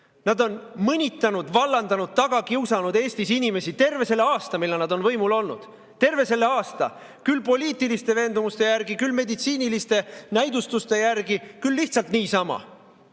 Nad on mõnitanud, vallandanud ja taga kiusanud Eestis inimesi terve selle aasta, kui nad on võimul olnud. Terve selle aasta! Küll poliitiliste veendumuste järgi, küll meditsiiniliste näidustuste järgi, küll lihtsalt niisama.